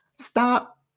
stop